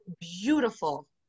beautiful